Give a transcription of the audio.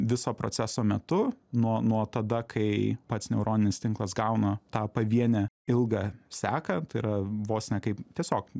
viso proceso metu nuo nuo tada kai pats neuroninis tinklas gauna tą pavienę ilgą seką tai yra vos ne kaip tiesiog